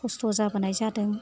खस्थ' जाबोनाय जादों